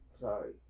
sorry